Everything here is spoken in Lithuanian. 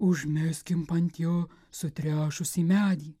užmeskim ant jo sutrešusį medį